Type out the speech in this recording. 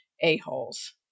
a-holes